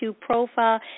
Profile